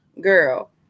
girl